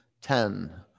ten